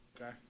Okay